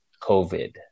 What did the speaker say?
COVID